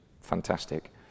fantastic